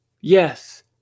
yes